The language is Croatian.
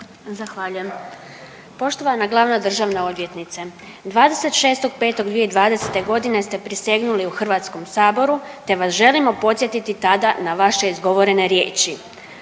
Zahvaljujem. Poštovana glavna državna odvjetnice, 26.5.2020. g. ste prisegnuli u HS-u te vas želimo podsjetiti tada na vaše izgovorene riječi.